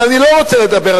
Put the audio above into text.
אבל אני לא רוצה לדבר,